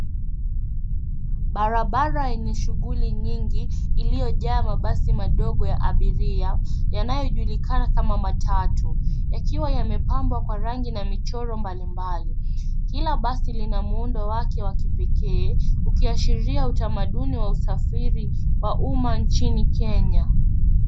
Barabara yenye shughuli nyingi iliyojaa mabasi madogo ya abiria yanayojulikana kama matatu, yakiwa yamepambwa kwa rangi na michoro mbalimbali. Kila basi lina muundo wake wa kipekee, ukiashiria utamaduni wa usafiri wa umma nchini Kenya.